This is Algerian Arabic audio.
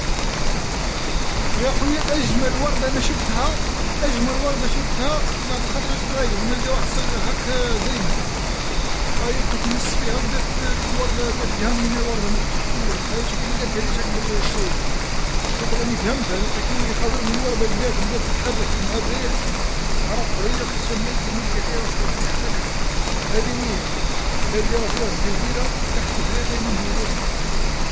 يا خويا أجمل ورده أنا شفتها أجمل ورده شفتها وحد الخطره جيت راكب وحد السجره هاكا زينه، أيا بقيت نمس فيها وبدات ديك الورده قالت لي هاني انا ورده مراكش تشوف فيا هايا شغل ما قالتهاليش هاك بال الصوت، شغل راني فهمتها أنا كي خزرتلي الورده هكذاك وبدات تتحرك مع الريح عرفت أيا شميتها نلقى فيها واحد الريحة تقعر، هاذي وين، هاذي راه في وحد الجزيره تحت إفريقيا من هيلوستا.